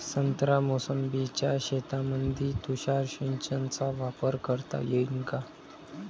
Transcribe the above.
संत्रा मोसंबीच्या शेतामंदी तुषार सिंचनचा वापर करता येईन का?